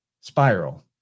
spiral